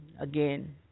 again